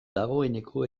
dagoeneko